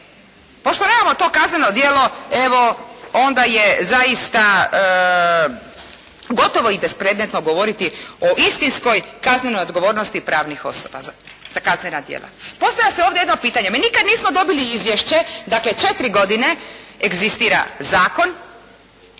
pošto nemamo to kazneno djelo evo onda je zaista gotovo i bespredmetno govoriti o istinskoj kaznenoj odgovornosti pravnih osoba za kaznena djela. Postavlja se ovdje jedno pitanje. Mi nikad nismo dobili izvješće, dakle četiri godine egzistira zakon